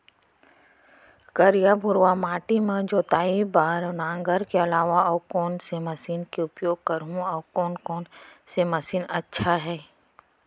करिया, भुरवा माटी म जोताई बार नांगर के अलावा अऊ कोन से मशीन के उपयोग करहुं अऊ कोन कोन से मशीन अच्छा है?